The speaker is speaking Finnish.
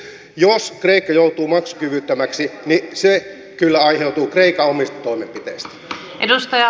jos kreikka joutuu maksukyvyttömäksi niin se kyllä aiheutuu kreikan omista toimenpiteistä